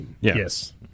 Yes